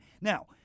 Now